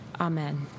Amen